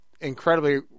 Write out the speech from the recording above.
incredibly